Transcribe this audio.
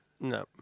no